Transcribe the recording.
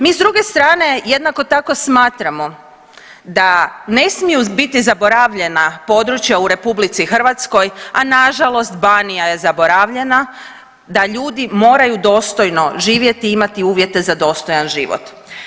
Mi s druge strane jednako tako smatramo da ne smiju biti zaboravljena područja u RH, a nažalost Banija je zaboravljena, da ljudi moraju dostojno živjeti i imati uvjete za dostojan život.